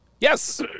Yes